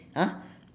ah